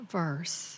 verse